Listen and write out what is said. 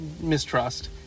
mistrust